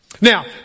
Now